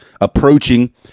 approaching